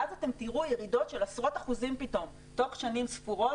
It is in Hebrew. ואז אתם תראו ירידות של עשרות אחוזים פתאום תוך שנים ספורות.